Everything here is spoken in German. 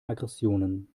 aggressionen